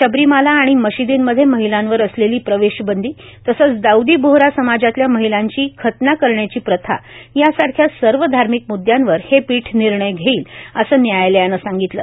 शबरीमाला आणि मशीदींमधे महिलांवर असलेली प्रवेशबंदी तसंच दाऊदी बोहरा समाजातल्या महिलांची खतना करण्याची प्रथा यासारख्या सर्व धार्मिक म्द्यांवर हे पीठ निर्णय घेईल असं न्यायालयानं सांगितलं